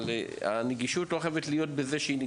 אבל הנגישות לא חייבת להיות פיזית,